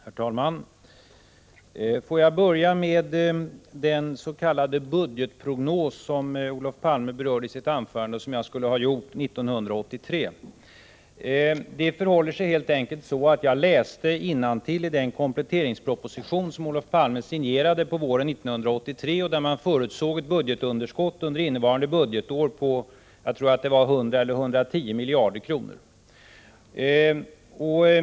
Herr talman! Låt mig börja med den s.k. budgetprognos som Olof Palme berörde i sitt anförande och som jag skulle ha gjort 1983. Det förhåller sig helt enkelt så att jag läste innantill i den kompletteringsproposition som Olof Palme signerade på våren 1983 och där man förutsåg ett budgetunderskott under innevarande budgetår på 100-110 miljarder kronor.